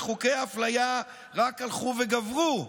וחוקי אפליה רק הלכו וגברו.